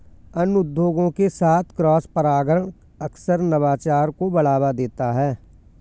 अन्य उद्योगों के साथ क्रॉसपरागण अक्सर नवाचार को बढ़ावा देता है